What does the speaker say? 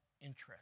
interest